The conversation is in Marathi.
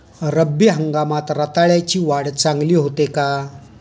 रब्बी हंगामात रताळ्याची वाढ चांगली होते का?